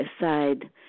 aside